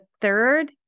third